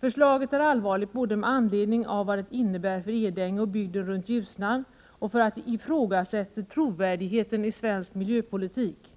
Förslaget är allvarligt både med anledning av vad det innebär för Edänge och bygden runt Ljusnan och därför att det ifrågasätter trovärdigheten i svensk miljöpolitik.